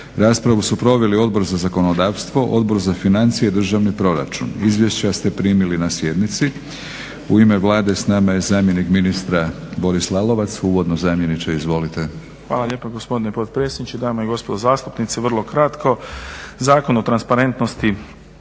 Raspravu su proveli Odbor za zakonodavstvo, Odbor za financije i državni proračun. Izvješća ste primili na sjednici. U ime Vlade s nama je zamjenik ministra Boris Lalovac, uvodno zamjeniče izvolite. **Lalovac, Boris** Hvala lijepo gospodine potpredsjedniče, dame i gospodo zastupnici. Vrlo kratko, Zakon o transparentnosti